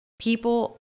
People